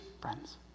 friends